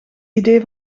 idee